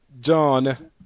John